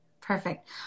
perfect